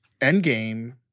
Endgame